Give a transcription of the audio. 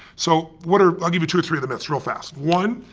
so what're, i'll give you two or three of the myths real fast. one,